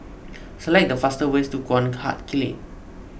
Select the fastest ways to Guan Huat Kiln